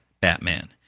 Batman